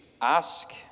Ask